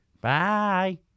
Bye